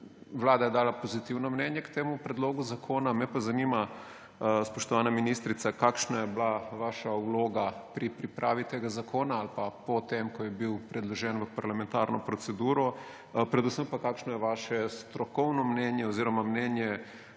Vlada je dala pozitivno mnenje k temu predlogu zakona. Me pa zanima, spoštovana ministrica: Kakšna je bila vaša vloga pri pripravi tega zakona ali pa po tem, ko je bil predložen v parlamentarno proceduro? Predvsem pa me zanima: Kakšno je vaše strokovno mnenje oziroma mnenje